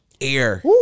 air